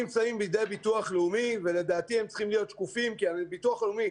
ההשקעה הייתה בעיקר של משרד הרווחה של הביטוח הלאומי ומשרד הבריאות.